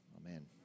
Amen